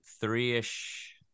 three-ish